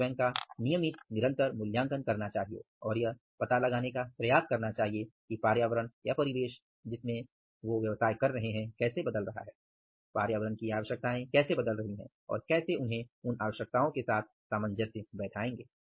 उन्हें स्वयं का नियमित मूल्यांकन करना चाहिए और यह पता लगाने का प्रयास करना चाहिए कि पर्यावरण कैसे बदल रहा है पर्यावरण की आवश्यकताएं कैसे बदल रही हैं और कैसे उन्हें उन आवश्यकताओं के साथ सामंजस्य बैठाएंगे